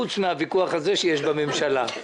פרט לוויכוח הזה שיש בממשלה.